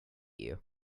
you